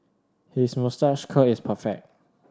his moustache curl is perfect